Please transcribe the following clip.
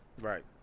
Right